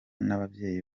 n’ababyeyi